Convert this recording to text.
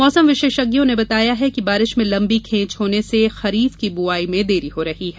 मौसम विशेषज्ञों ने बताया कि बारिश में लंबी खेंच होने से खरीफ की बुआई में देरी हो रही है